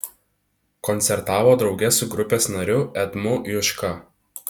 koncertavo drauge su grupės nariu edmu juška